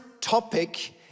topic